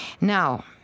Now